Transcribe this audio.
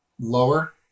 Lower